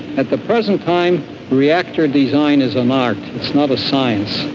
at the present time reactor design is an art, not a science.